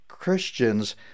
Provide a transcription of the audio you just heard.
Christians